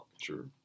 Sure